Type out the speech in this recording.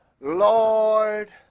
lord